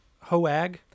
Hoag